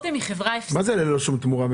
מה זה ללא שום תמורה?